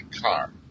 car